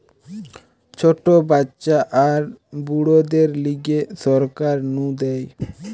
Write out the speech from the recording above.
ছোট বাচ্চা আর বুড়োদের লিগে সরকার নু দেয়